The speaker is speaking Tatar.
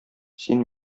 син